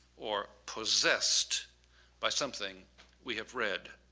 or possessed by something we have read?